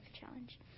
Challenge